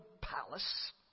palace